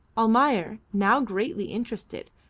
almayer, now greatly interested,